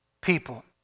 people